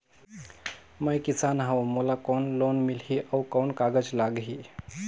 मैं किसान हव मोला कौन लोन मिलही? अउ कौन कागज लगही?